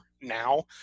now